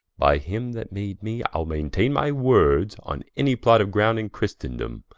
by him that made me, ile maintaine my words on any plot of ground in christendome.